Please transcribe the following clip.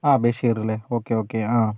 ആ ബഷീറിലെ okay okay ആ